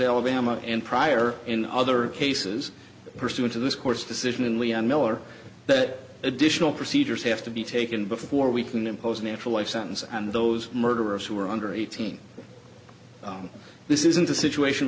alabama and pryor in other cases pursuant to this court's decision in leon miller that additional procedures have to be taken before we can impose a natural life sentence and those murderers who are under eighteen this isn't a situation